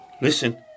Listen